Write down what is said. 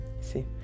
See